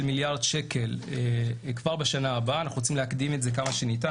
מיליארד שקל כבר בשנה הבאה אנחנו רוצים להקדים את זה כמה שניתן,